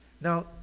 Now